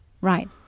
Right